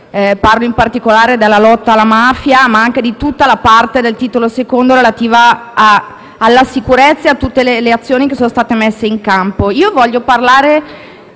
Parlo in particolare della lotta alla mafia, ma anche di tutta la parte del Titolo II relativa alla sicurezza e alle azioni che sono state messe in campo. Voglio parlare